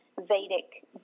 Vedic